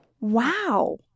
Wow